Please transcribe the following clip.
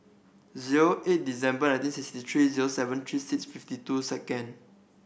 zero eight December nineteen sixty three zero seven three six fifty two second